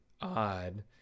odd